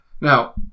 Now